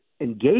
engage